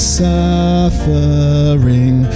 suffering